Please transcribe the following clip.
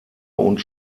und